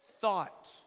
thought